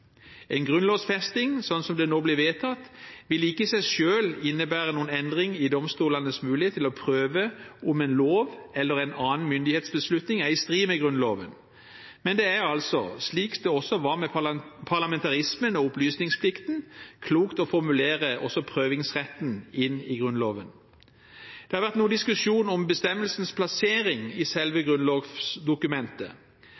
En grunnlovfesting, sånn som det nå blir vedtatt, vil ikke i seg selv innebære noen endring i domstolenes mulighet til å prøve om en lov eller en annen myndighetsbeslutning er i strid med Grunnloven. Men det er, slik det også var med parlamentarismen og opplysningsplikten, klokt å formulere prøvingsretten inn i Grunnloven. Det har vært noe diskusjon om bestemmelsens plassering i selve grunnlovsdokumentet.